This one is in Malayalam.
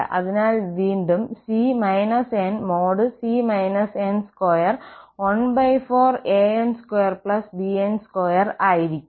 അതിനാൽ വീണ്ടും c n |c n|2 14 an2 bn2 ആയിരിക്കും